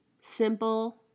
simple